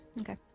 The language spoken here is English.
okay